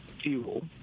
fuel